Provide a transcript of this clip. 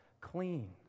clean